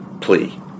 plea